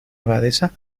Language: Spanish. abadesa